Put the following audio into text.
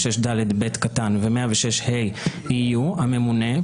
המשפט לפי תקנה 106ד(ב) ו-106ה יהיו הממונה,